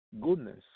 goodness